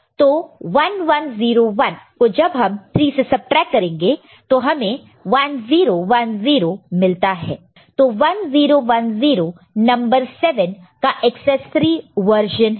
तो 1101 को जब हम 3 से सबट्रैक्ट करेंगे तो हमें 1010 मिलता है तो 1010 नंबर 7 का एकसेस 3 वर्जन है